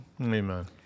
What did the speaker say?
Amen